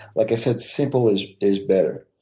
like i said, simple is is better.